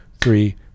three